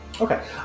Okay